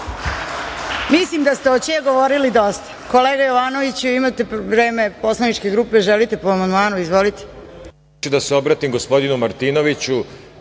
Mislim da ste o „će“ govorili dosta. Kolega Jovanoviću, imate vreme poslaničke grupe, želite po amandmanu. Izvolite.